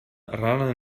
rana